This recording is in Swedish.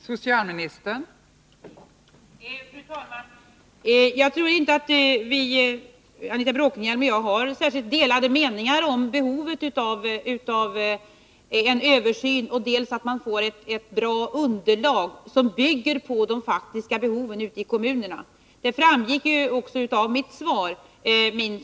Fru talman! Jag tror inte att Anita Bråkenhielm och jag har särskilt delade meningar om behovet av en översyn för att få fram ett bra underlag, som bygger på de faktiska behoven ute i kommunerna. Min syn på detta framgick också av mitt svar.